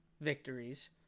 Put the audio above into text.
victories